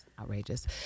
outrageous